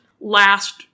last